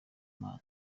mana